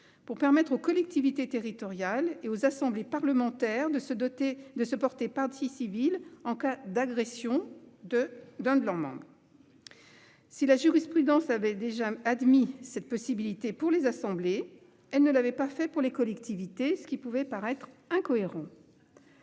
à permettre aux collectivités territoriales et aux assemblées parlementaires de se porter partie civile en cas d'agression de l'un de leurs membres. Si la jurisprudence avait déjà admis une telle possibilité pour les assemblées, elle ne l'avait pas fait pour les collectivités, ce qui pouvait sembler incohérent.